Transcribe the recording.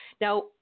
Now